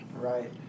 right